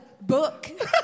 book